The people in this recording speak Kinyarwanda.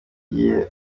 yagira